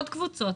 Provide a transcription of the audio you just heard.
קבוצות.